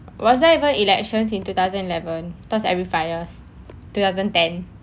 was there even elections in two thousand eleven because every five years two thousand ten